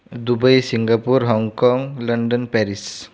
Dubai Singapore Hong Kong London Paris